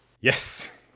Yes